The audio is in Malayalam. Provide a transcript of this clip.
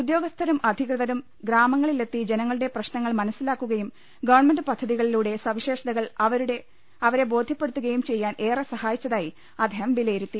ഉദ്യോഗസ്ഥരും അധികൃതരും ഗ്രാമങ്ങളിലെത്തി ജനങ്ങളുടെ പ്രശ്നങ്ങൾ മനസ്സിലാക്കുകയും ഗവൺമെന്റ് പദ്ധതികളുടെ സവിശേഷതകൾ അവരെ ബോധ്യപ്പെടുത്തുകയും ചെയ്യാൻ ഏറെ സഹാ യിച്ചതായി അദ്ദേഹം വിലയിരുത്തി